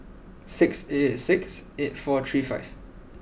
six eight eight six eight four three five